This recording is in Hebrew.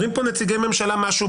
אומרים פה נציגי ממשלה משהו,